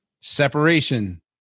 separation